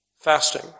Fasting